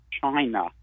China